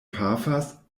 pafas